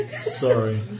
Sorry